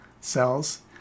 cells